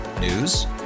News